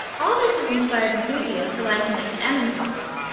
all this has inspired enthusiasts to liken it to emmentaler.